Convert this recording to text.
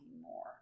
more